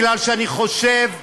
מכיוון שאני חושב שיפעת,